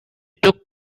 took